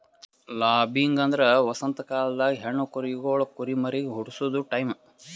lambing ಅಂದ್ರ ವಸಂತ ಕಾಲ್ದಾಗ ಹೆಣ್ಣ ಕುರಿಗೊಳ್ ಕುರಿಮರಿಗ್ ಹುಟಸದು ಟೈಂ